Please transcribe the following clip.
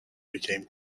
became